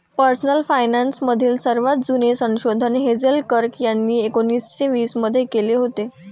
personal finance मधील सर्वात जुने संशोधन हेझेल कर्क यांनी एकोन्निस्से वीस मध्ये केले होते